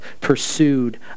pursued